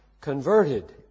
converted